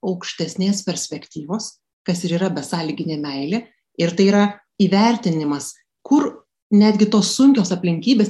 aukštesnės perspektyvos kas ir yra besąlyginė meilė ir tai yra įvertinimas kur netgi tos sunkios aplinkybės